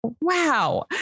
Wow